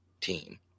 team